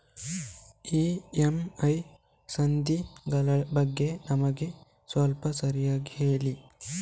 EMI ಸಂಧಿಸ್ತ ಗಳ ಬಗ್ಗೆ ನಮಗೆ ಸ್ವಲ್ಪ ವಿಸ್ತರಿಸಿ ಹೇಳಿ